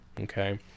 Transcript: Okay